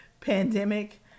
Pandemic